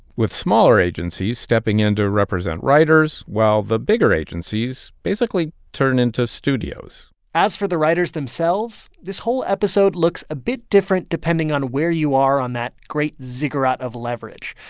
with smaller agencies stepping in to represent writers while the bigger agencies basically turn into studios as for the writers themselves, this whole episode looks a bit different depending on where you are on that great ziggurat of leverage.